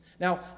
Now